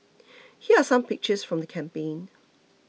here are some pictures from the campaign